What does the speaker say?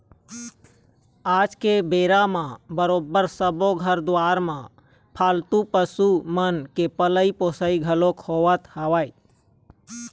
आज के बेरा म बरोबर सब्बो घर दुवार मन म पालतू पशु मन के पलई पोसई घलोक होवत हवय